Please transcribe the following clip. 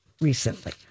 recently